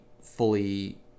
fully